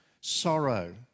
sorrow